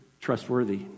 trustworthy